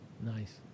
Nice